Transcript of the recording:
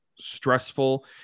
stressful